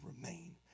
remain